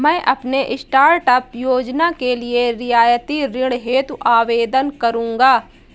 मैं अपने स्टार्टअप योजना के लिए रियायती ऋण हेतु आवेदन करूंगा